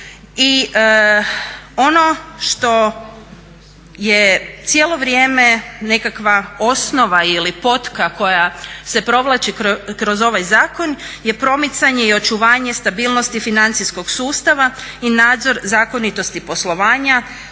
I ono što je cijelo vrijeme nekakva osnova i potka koja se provlači kroz ovaj zakon je promicanje i očuvanje stabilnosti financijskog sustava i nadzor zakonitosti poslovanja